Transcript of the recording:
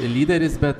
lyderis bet